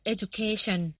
Education